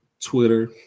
Twitter